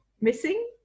missing